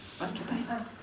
okay bye